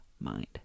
mind